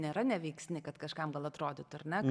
nėra neveiksni kad kažkam gal atrodytų ar ne